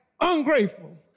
Ungrateful